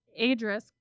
Adris